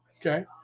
Okay